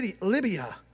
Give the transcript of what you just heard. Libya